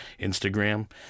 Instagram